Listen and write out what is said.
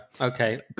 Okay